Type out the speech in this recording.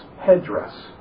headdress